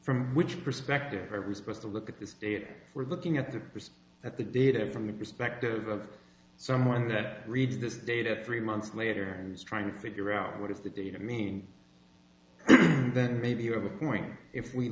from which perspective are we supposed to look at this data we're looking at the person at the data from the perspective of someone that reads this data three months later who's trying to figure out what is the data mean then maybe you have a point if we